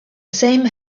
same